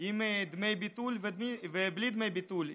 עם דמי ביטול ובלי דמי ביטול.